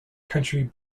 country